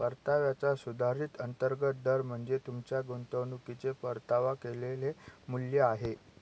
परताव्याचा सुधारित अंतर्गत दर म्हणजे तुमच्या गुंतवणुकीचे परतावा केलेले मूल्य आहे